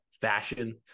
fashion